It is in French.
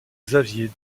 xavier